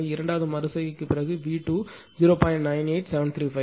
எனவே இரண்டாவது மறு செய்கைக்குப் பிறகு V2 0